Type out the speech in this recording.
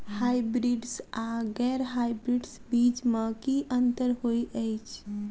Hybrids आ गैर hybrids बीज म की अंतर होइ अछि?